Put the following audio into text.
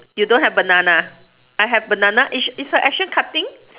you don't have banana I have banana is sh~ is her action cutting